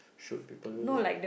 shoot people with it